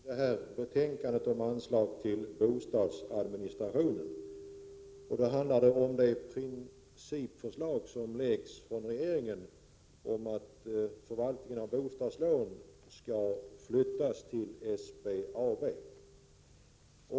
Herr talman! Jag skall begränsa mig till att kommentera huvudfrågan i betänkandet om anslag till bostadsadministrationen. Det handlar om ett principförslag som framlagts av regeringen om att förvaltningen av bostadslån skall flyttas till SBAB.